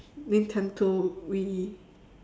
Nintendo Wii